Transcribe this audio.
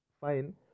fine